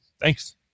thanks